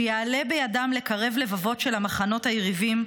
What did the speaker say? שיעלה בידם לקרב לבבות של המחנות היריבים,